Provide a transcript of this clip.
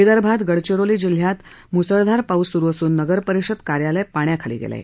विदर्भात गडचिरोली जिल्ह्यात गडचिरोलीमधे मुसळधार पाऊस सुरु असून नगरपरिषद कार्यालय पाण्याखाली गेलं आहे